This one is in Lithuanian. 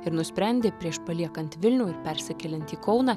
ir nusprendė prieš paliekant vilnių ir persikeliant į kauną